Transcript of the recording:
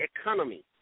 economy